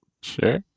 Sure